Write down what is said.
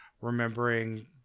remembering